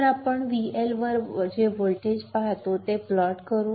तर आपण VL वर जे व्होल्टेज पाहतो ते प्लॉट करू